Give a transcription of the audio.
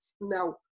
Now